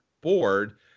board